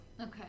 Okay